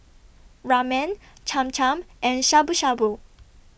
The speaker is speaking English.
Ramen Cham Cham and Shabu Shabu